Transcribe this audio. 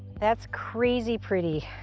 that's crazy pretty.